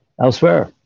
Elsewhere